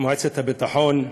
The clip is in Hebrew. מועצת הביטחון,